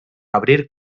abrir